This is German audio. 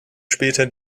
später